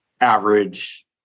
average